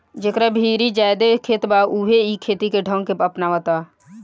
जेकरा भीरी ज्यादे खेत बा उहे इ खेती के ढंग के अपनावता